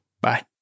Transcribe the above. Bye